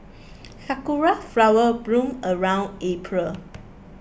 sakura flower bloom around April